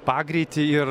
pagreitį ir